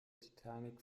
titanic